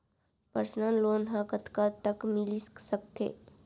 Personal loan ह कतका तक मिलिस सकथे?